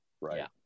Right